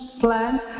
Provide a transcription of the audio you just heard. plan